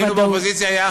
היינו באופוזיציה יחד.